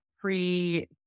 pre